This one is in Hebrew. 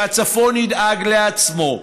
שהצפון ידאג לעצמו.